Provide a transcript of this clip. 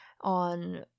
on